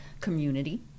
community